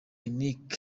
nic